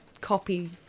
copy